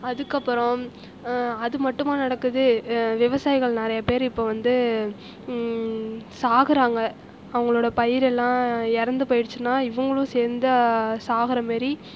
அதுக்கப்புறம் அது மட்டுமா நடக்குது விவசாயிகள் நிறையா பேர் இப்போ வந்து சாகிறாங்க அவங்களோட பயிரெல்லாம் இறந்து போய்டுச்சுன்னா இவர்களும் சேர்ந்து சாகிற மாதிரி